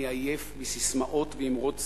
אני עייף מססמאות ואמרות סרק.